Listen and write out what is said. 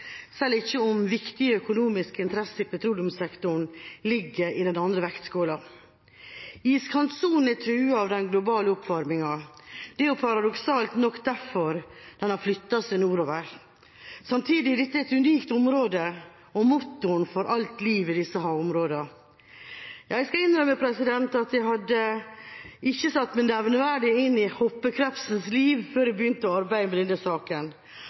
seg nordover. Samtidig er dette et unikt område og motoren for alt liv i disse havområdene. Jeg skal innrømme at jeg ikke hadde satt meg nevneverdig inn i hoppekrepsens liv før jeg begynte å arbeide med denne saken.